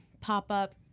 pop-up